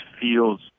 feels